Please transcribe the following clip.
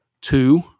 Two